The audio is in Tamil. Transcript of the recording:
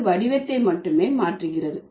அது வடிவத்தை மட்டுமே மாற்றுகிறது